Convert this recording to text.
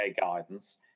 guidance